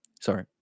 Sorry